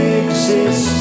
exist